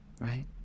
right